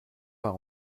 par